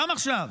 גם עכשיו.